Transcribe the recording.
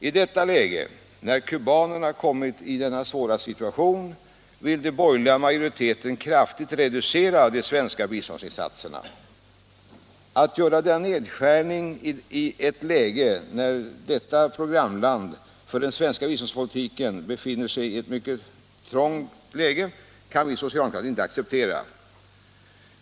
I detta läge — när kubanerna kommit i denna svåra situation — vill den borgerliga majoriteten kraftigt reducera de svenska biståndsinsatserna. Att göra en sådan nedskärning när detta programland för den svenska biståndspolitiken befinner sig i ett mycket trängt läge kan vi socialdemokrater inte acceptera.